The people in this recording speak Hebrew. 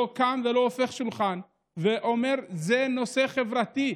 קם ולא הופך שולחן ואומר: זה נושא חברתי,